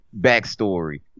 backstory